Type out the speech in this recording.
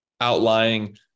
outlying